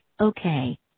Okay